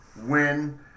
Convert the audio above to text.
win